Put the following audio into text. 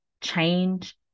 change